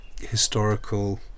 historical